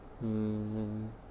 mm